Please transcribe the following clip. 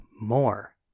more